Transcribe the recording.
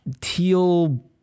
teal-